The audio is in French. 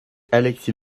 alexis